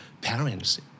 parents